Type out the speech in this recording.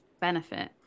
benefit